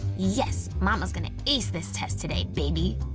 yes! mama's gonna ace this test today, baby!